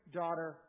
daughter